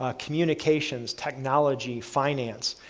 ah communications, technology, finance,